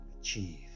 achieve